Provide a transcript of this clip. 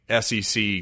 SEC